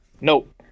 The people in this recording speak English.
Nope